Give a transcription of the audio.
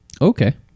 Okay